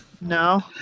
No